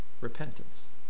Repentance